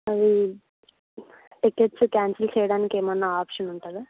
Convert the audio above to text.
అది tickets cancel చేయడానికి ఏమైనా ఆప్షన్ ఉంటుందా